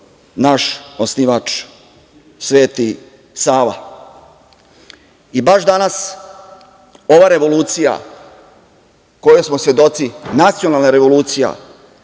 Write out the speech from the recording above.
naš osnivač Sveti Sava i baš danas ova revolucija kojoj smo svedoci, nacionalna revolucija